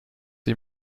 sie